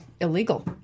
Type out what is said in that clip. Illegal